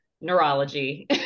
neurology